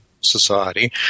Society